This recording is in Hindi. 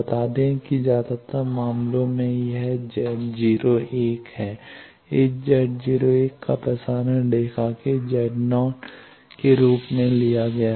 बता दें कि ज्यादातर मामलों में यह Z 01 है इस Z 01 को प्रसारण रेखा के Z 0 के रूप में लिया जाता है